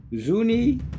Zuni